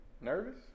Nervous